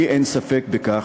לי אין ספק בכך,